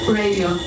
radio